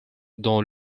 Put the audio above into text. dans